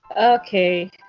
Okay